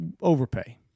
overpay